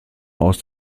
aus